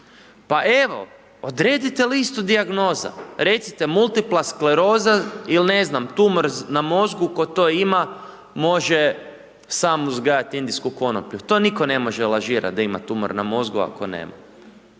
pa evo odredite listu dijagnoza recite multiplaskleroza ili ne znam tumor na mozgu ko to ima može sam uzgajati indijsku konoplju, to nitko ne može lažirat da ima tumor na mozgu, ako nema.